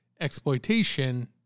exploitation